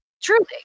Truly